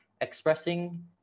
expressing